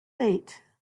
late